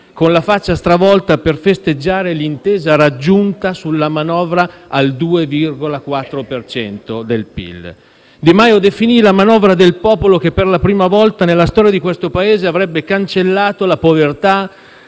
con la faccia stravolta, per festeggiare l'intesa raggiunta sulla manovra al 2,4 per cento del PIL. Di Maio la definì la «manovra del popolo», che per la prima volta nella storia di questo Paese avrebbe cancellato la povertà